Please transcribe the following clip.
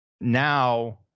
now